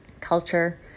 culture